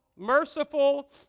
merciful